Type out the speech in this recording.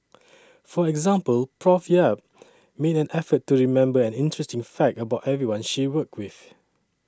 for example Prof Yap made an effort to remember an interesting fact about everyone she worked with